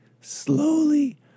slowly